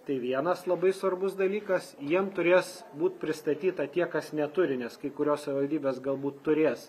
tai vienas labai svarbus dalykas jiem turės būt pristatyta tie kas neturi nes kai kurios savivaldybės galbūt turės